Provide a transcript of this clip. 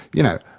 you know,